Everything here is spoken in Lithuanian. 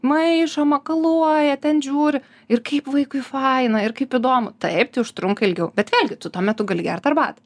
maišo makaluoja ten žiūri ir kaip vaikui faina ir kaip įdomu taip tai užtrunka ilgiau bet vėlgi tu tuo metu gali gert arbatą